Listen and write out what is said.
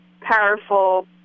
powerful